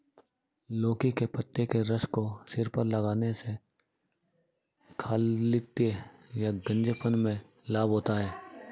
लौकी के पत्ते के रस को सिर पर लगाने से खालित्य या गंजेपन में लाभ होता है